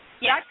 Yes